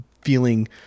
feeling